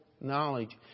knowledge